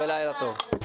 לילה טוב.